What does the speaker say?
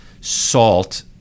salt